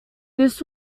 this